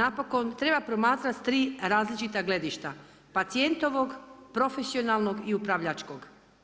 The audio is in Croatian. napokon treba promatrati tri različita gledišta, pacijentovog, profesionalnog i upravljačkog.